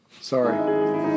Sorry